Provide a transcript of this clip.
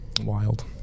wild